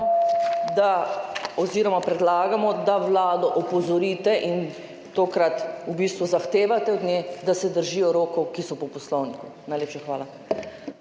oziroma predlagamo, da vlado opozorite in tokrat v bistvu zahtevate od nje, da se držijo rokov, ki so po Poslovniku. Najlepša hvala.